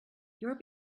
your